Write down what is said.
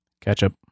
Ketchup